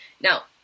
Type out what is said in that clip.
Now